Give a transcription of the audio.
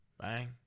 Bang